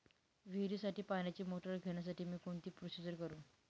विहिरीसाठी पाण्याची मोटर घेण्यासाठी मी कोणती प्रोसिजर करु?